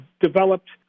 developed